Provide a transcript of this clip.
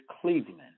Cleveland